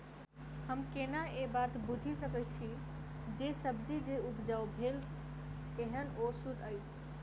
हम केना ए बात बुझी सकैत छी जे सब्जी जे उपजाउ भेल एहन ओ सुद्ध अछि?